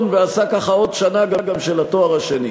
ועשה ככה עוד שנה גם של התואר השני.